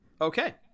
Okay